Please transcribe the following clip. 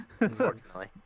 unfortunately